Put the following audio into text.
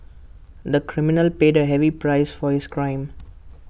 the criminal paid A heavy price for his crime